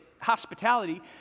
hospitality